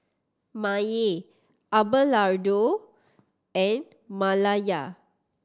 Maye Abelardo and Malaya